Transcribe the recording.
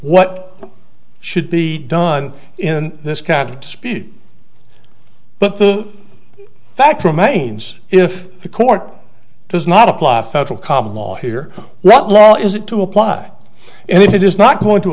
what should be done in this kind of speed but the fact remains if the court does not apply federal common law here that law is it to apply and it is not going to